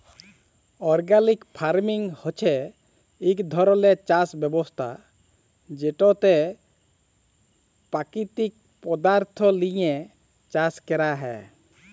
organic farming হছে ইক ধরলের চাষ ব্যবস্থা যেটতে পাকিতিক পদাথ্থ লিঁয়ে চাষ ক্যরা হ্যয়